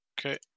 Okay